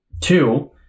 Two